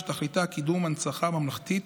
שתכליתה קידום הנצחה ממלכתית